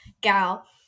gal